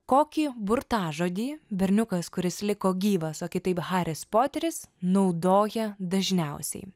kokį burtažodį berniukas kuris liko gyvas o kitaip haris poteris naudoja dažniausiai